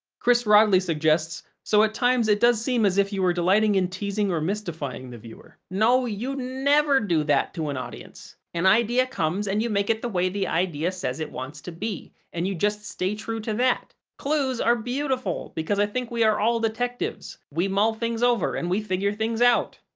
chris rodley suggests, so at times it does seem as if you were delighting in teasing or mystifying the viewer. no, you never do that to an audience. an idea comes and you make it the way the idea says it wants to be, and you just stay true to that. clues are beautiful because i believe we are all detectives. we mull things over and we figure things out.